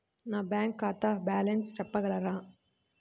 నా బ్యాంక్ ఖాతా బ్యాలెన్స్ చెప్పగలరా?